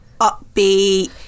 Upbeat